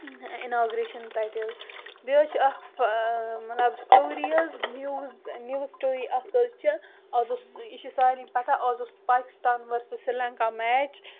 inauguration تَتہِ حظ بیٚیہِ حظ چھِ اَکھ مطلب سِٹوری حظ نِیوٕز نِیوٕز سِٹوری اَکھ حظ چھِ اَز اوس یہِ چھِ سارنٕے پَتہ اَز اوس پاکِستان ؤرسٕز سِری لنٛکا میچ